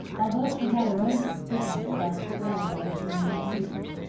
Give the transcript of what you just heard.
although she had her own suspicions about the sorrel mare's need of shoes.